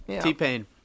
T-Pain